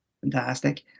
Fantastic